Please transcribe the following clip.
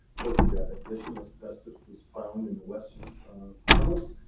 told you that additional asbestos was found in the west tunnels,